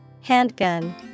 Handgun